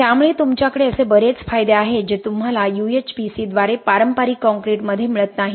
त्यामुळे तुमच्याकडे असे बरेच फायदे आहेत जे तुम्हाला UHPC द्वारे पारंपारिक कंक्रीटमध्ये मिळत नाहीत